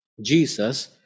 Jesus